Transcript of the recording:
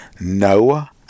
Noah